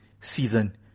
season